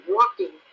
Walking